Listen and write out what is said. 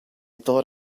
thought